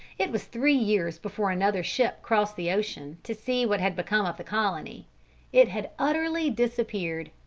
it was three years before another ship crossed the ocean, to see what had become of the colony it had utterly disappeared.